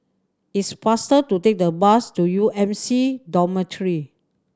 is faster to take the bus to U M C Dormitory